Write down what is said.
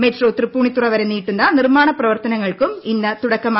metro Tripunithura വരെ നീട്ടുന്ന നിർമ്മാണ പ്രവർത്തനങ്ങൾക്കും തുടക്കമായി